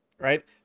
right